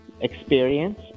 experience